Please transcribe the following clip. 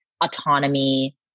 autonomy